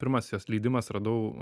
pirmas jos leidimas radau